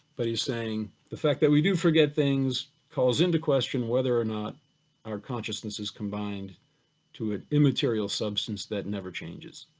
but he's saying the fact that we do forget things, calls into question whether or not our consciousness is combined to an immaterial substance that never changes.